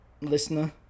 listener